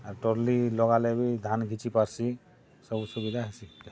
ଆର trolley ଲଗାଲେ ବି ଧାନ୍ କିଛି ପାର୍ସି ସବୁ ସୁବିଧା ହେସି